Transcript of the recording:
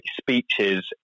speeches